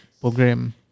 program